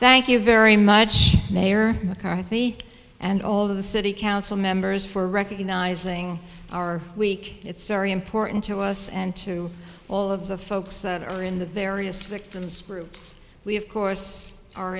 thank you very much mayor mccarthy and all the city council members for recognizing our week it's very important to us and to all of the folks that are in the various victims groups we of course are